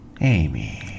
Amy